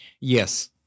Yes